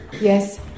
Yes